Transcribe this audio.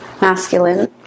masculine